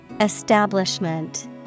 Establishment